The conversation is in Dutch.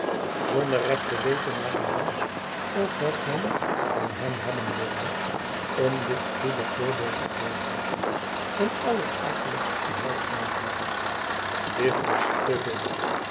zonder recht te weten waar hij was of wat men van hem hebben wilde om dit goede voorbeeld te volgen een allerakeligst gehuil aanhief dit was